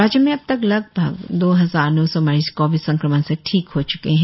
राज्य में अबतक लगभग दो हजार नौ सौ मरीज कोविड संक्रमण से ठीक हो चुके है